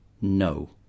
No